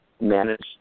manage